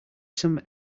some